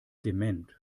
dement